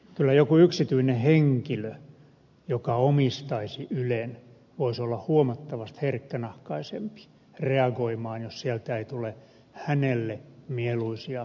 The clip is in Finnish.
kyllä joku yksityinen henkilö joka omistaisi ylen voisi olla huomattavasti herkkänahkaisempi reagoimaan jos sieltä ei tule hänelle mieluisia uutisia